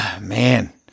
man